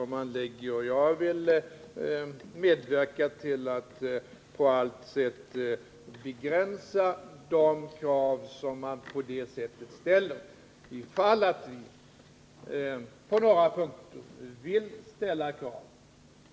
Jag vill medverka till att på alla sätt begränsa de krav som man sålunda ställer, ifall vi på några punkter måste ställa krav.